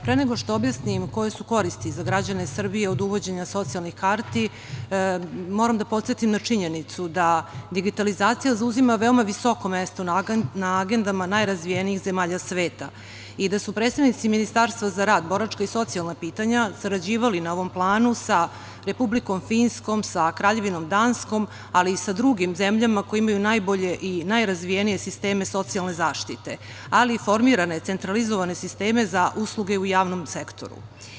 Pre nego što objasnim koje su koristi za građane Srbije od uvođenja socijalnih karti, moram da podsetim na činjenicu da digitalizacija zauzima veoma visoko mesto na agendama najrazvijenijih zemalja sveta i da su predstavnici Ministarstva za rad, boračka i socijalna pitanja sarađivali na ovom planu sa Republikom Finskom, sa Kraljevinom Danskom, ali i sa drugim zemljama koje imaju najbolje i najrazvijenije sisteme socijalne zaštite, ali i formirane centralizovane sisteme za usluge u javnom sektoru.